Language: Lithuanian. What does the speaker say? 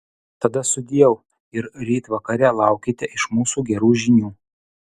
tada sudieu ir ryt vakare laukite iš mūsų gerų žinių